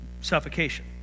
suffocation